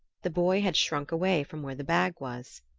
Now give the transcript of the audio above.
the boy had shrunk away from where the bag was.